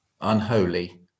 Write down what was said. unholy